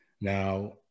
Now